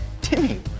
Timmy